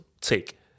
take